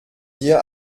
dir